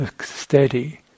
steady